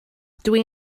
dwi